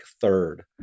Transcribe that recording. third